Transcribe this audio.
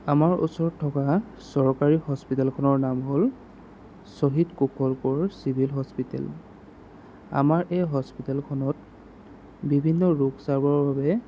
আমাৰ ওচৰত থকা চৰকাৰী হস্পিতেলখনৰ নাম হ'ল শ্বহীদ কুশল কোঁৱৰ চিভিল হস্পিতেল আমাৰ এই হস্পিতেলখনত বিভিন্ন ৰোগ চাবৰ বাবে